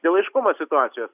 dėl aiškumo situacijos